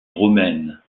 romaines